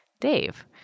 Dave